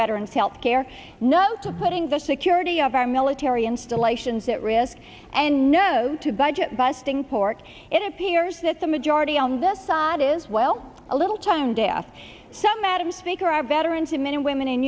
veterans health care no to putting the security of our military installations at risk and no two budget busting pork it appears that the majority on this side is well a little time data center madam speaker our veterans i'm in and women in